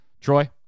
Troy